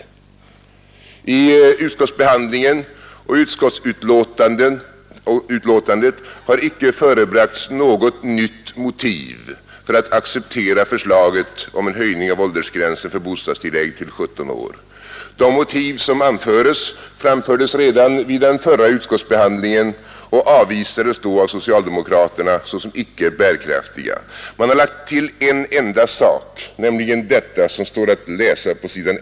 Under utskottsbehandlingen och i utskottsbetänkandet har icke förebragts något nytt motiv för att acceptera förslaget om en höjning av åldersgränsen för bostadstillägg till 17 år. De motiv som anförs framfördes redan vid den förra utskottsbehandlingen och avvisades då av socialdemokraterna såsom icke bärkraftiga. Man har lagt till en enda sak, nämligen detta som står att läsa på s.